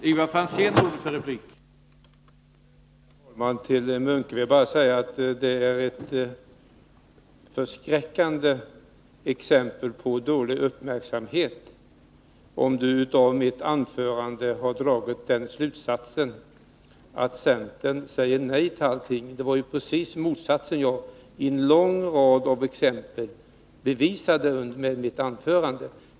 Herr talman! Det är ett förskräckande exempel på dålig uppmärksamhet, om Sven Munke av mitt anförande har dragit den slutsatsen att centern säger nej till allting. Det var ju precis motsatsen som jag i en lång rad av exempel bevisade i mitt anförande.